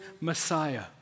messiah